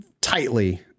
tightly